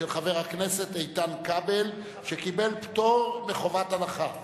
עברה בקריאה טרומית ותועבר לוועדת הכנסת על מנת להכינה לקריאה ראשונה.